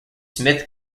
smith